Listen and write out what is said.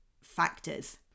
factors